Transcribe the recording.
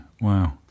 wow